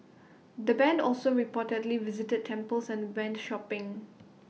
the Band also reportedly visited temples and went shopping